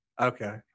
Okay